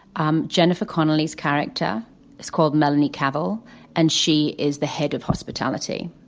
um jennifer connolly's character is called melanie cavel and she is the head of hospitality.